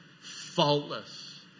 faultless